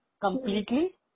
completely